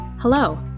Hello